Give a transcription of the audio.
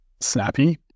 snappy